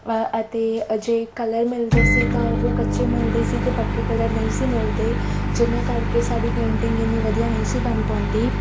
ਅਤੇ ਅਜਿਹੇ ਕਲਰ ਮਿਲਦੇ ਸੀ ਤਾਂ ਉਹ ਕੱਚੇ ਮਿਲਦੇ ਸੀ ਅਤੇ ਪੱਕੇ ਕਲਰ ਨਹੀਂ ਸੀ ਮਿਲਦੇ ਜਿਨ੍ਹਾਂ ਕਰਕੇ ਸਾਡੀ ਪੇਂਟਿੰਗ ਇੰਨੀ ਵਧੀਆ ਨਹੀਂ ਸੀ ਬਣ ਪਾਉਂਦੀ